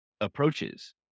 approaches